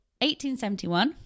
1871